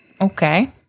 Okay